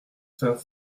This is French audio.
cinq